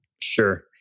Sure